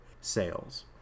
sales